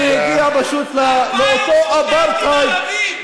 ולהגיע פשוט לאותו אפרטהייד,